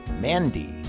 Mandy